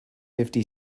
fifty